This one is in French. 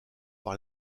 par